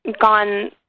gone